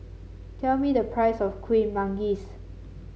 tell me the price of Kuih Manggis